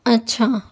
اچھا